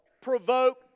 provoke